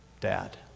Dad